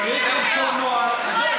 רואה שלא נותנים לי לדבר, זה בסדר.